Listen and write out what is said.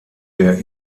der